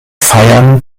feiern